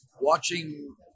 watching